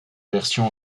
version